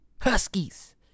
Huskies